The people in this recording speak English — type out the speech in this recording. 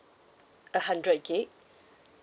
a hundred gig